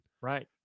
right